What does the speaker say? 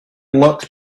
luck